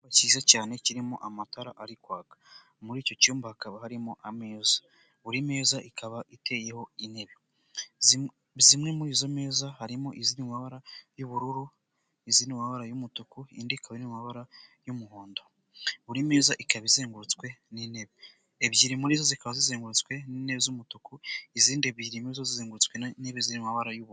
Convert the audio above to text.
Icyumba cyiza cyane kirimo amatara ariko muri icyo cyumba harimo ameza . Buri meza ateyeho intebe buri meza akaba azengurutswe n'intebe ebyiri muri zo zikaba zizengurutswe ni z'umutuku izindi ebyiri nazo zizengutswe n'izirimo amabara y'ubururu.